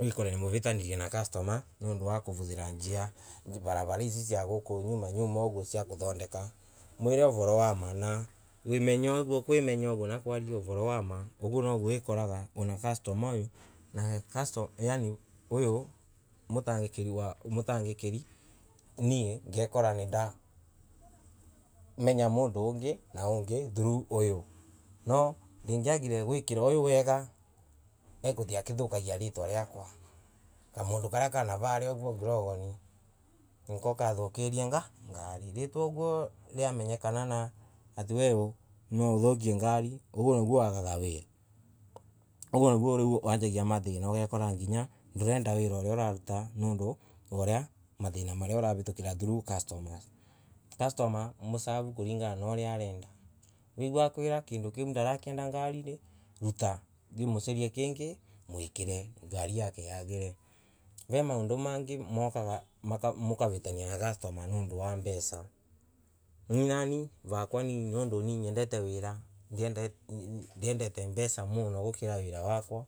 Wikoraga nimwavitania na customer nandu wa kuvuthira njita ici cia guku nyuma uguo icikia kuthondeka. Mwire uvoro wa maana wimenye uguo na kwimenya kwaria uvoro wa ma uguo niguo wikoroga ana customer uyu na mutagikiri nie ngekora ninda menya mundu ungi na wingi through uyu. Noo ndingiagire gwikiria uyu wega gakuthie akithukagia ritwa riakwa. Kamundu karia ka navaria ugwo ngorovani niko kathukirie ngari. Ritwa ungwo niamenyekana ati weu naauthukie ngari uguo niguo wagaga we. Uguo niguo riu wanjagia mathiria ugekora nginya ndurenda wira uria uraruta nandu uria nathina maria uravitukira through customers. Customer mu- serve kulingana na uria agiriririe. Wegua akwira kindu kiu ndarakienda ngari ini ruta. thie mucarie kingi mwikire. ngari iyo yake yagire. Vai maundu mengi maukaga. mukavitania na customer nonda wa mbeca. Nie nanie nyendete wira ndiendete mbeca muno gukira wira wakwa.